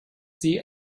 sie